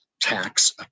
tax